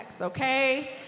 okay